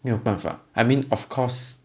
没有办法 I mean of course